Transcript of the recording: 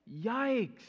yikes